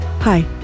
hi